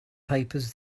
papers